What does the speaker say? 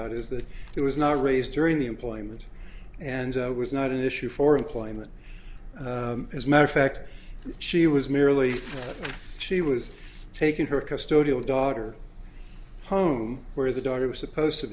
out is that it was not raised during the employment and was not an issue for employment as matter of fact she was merely she was taking her custodial daughter home where the daughter was supposed to